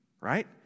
right